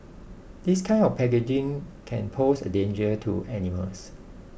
this kind of packaging can pose a danger to animals